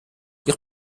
ich